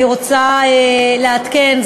אני רוצה לעדכן,